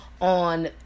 on